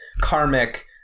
karmic